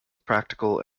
practical